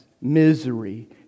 misery